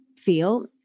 feel